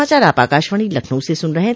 यह समाचार आप आकाशवाणी लखनऊ से सुन रहे हैं